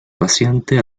paciente